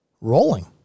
rolling